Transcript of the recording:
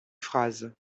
phrase